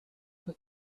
but